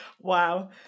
Wow